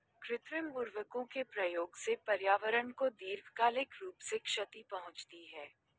कृत्रिम उर्वरकों के प्रयोग से पर्यावरण को दीर्घकालिक रूप से क्षति पहुंचती है